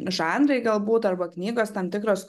žanrai galbūt arba knygos tam tikros